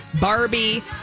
Barbie